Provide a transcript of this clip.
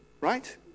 right